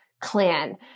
clan